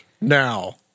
Now